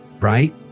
right